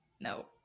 No